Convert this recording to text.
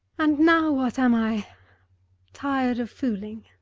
and now what am i? a tired of fooling!